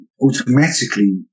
automatically